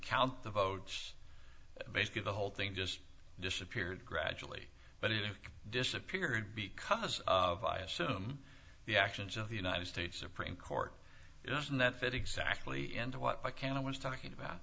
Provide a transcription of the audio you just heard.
count the votes basically the whole thing just disappeared gradually but it disappeared because of i assume the actions of the united states supreme court doesn't that fit exactly into what i can i was talking about